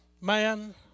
man